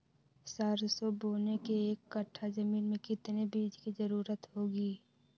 सरसो बोने के एक कट्ठा जमीन में कितने बीज की जरूरत होंगी?